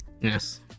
yes